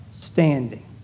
standing